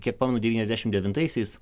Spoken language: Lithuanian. kiek pamenu devyniasdešimt devintaisiais